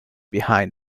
behind